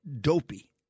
dopey